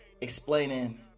explaining